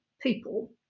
people